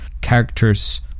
characters